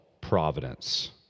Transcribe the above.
providence